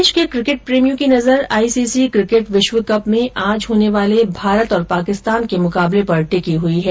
देश के किकेट प्रेमियों की नजर आई सी सी क्रिकेट विश्वकप में आज होने वाले भारत पाक मुकाबले पर टिकी हुई है